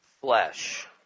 flesh